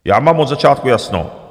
Já mám od začátku jasno.